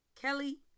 Kelly